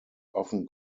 often